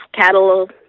cattle